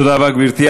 תודה רבה, גברתי.